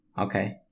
Okay